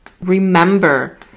Remember